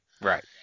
Right